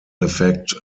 effect